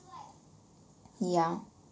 yeah